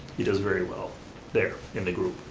he does very well there in the group.